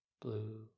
blue